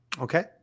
Okay